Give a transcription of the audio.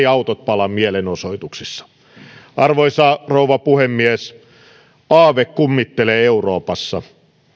autot pala mielenosoituksissa arvoisa rouva puhemies aave kummittelee euroopassa